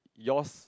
yours